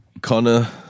Connor